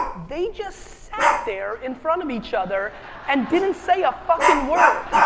they just sat there in front of each other and didn't say a fucking word.